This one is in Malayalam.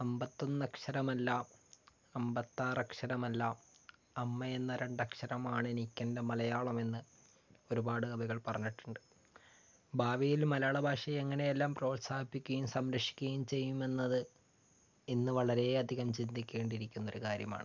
അമ്പത്തൊന്നക്ഷരമല്ല അമ്പത്താറക്ഷരമല്ല അമ്മയെന്ന രണ്ടക്ഷരമാണ് എനിക്ക് എൻ്റെ മലയാളം എന്ന് ഒരുപാട് കവികൾ പറഞ്ഞിട്ടുണ്ട് ഭാവിയിൽ മലയാള ഭാഷയെ എങ്ങനെയെല്ലാം പ്രോത്സാഹിപ്പിക്കുകയും സംരക്ഷിക്കുകയും ചെയ്യുമെന്നത് ഇന്ന് വളരെയധികം ചിന്തിക്കേണ്ടിയിരിക്കുന്ന ഒരു കാര്യമാണ്